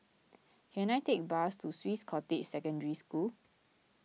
can I take bus to Swiss Cottage Secondary School